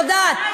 אני יודעת.